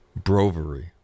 Brovary